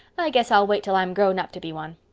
i guess i'll wait till i'm grown up to be one.